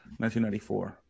1994